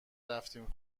رفتیم